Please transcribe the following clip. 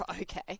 okay